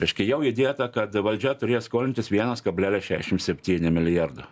reiškia jau įdėta kad valdžia turės skolintis vienas kablelis šešim septyni milijardo